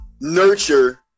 nurture